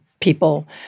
people